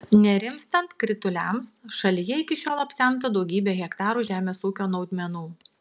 nerimstant krituliams šalyje iki šiol apsemta daugybė hektarų žemės ūkio naudmenų